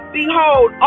behold